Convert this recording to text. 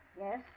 Yes